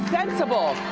sensible.